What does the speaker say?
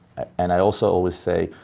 and also always say,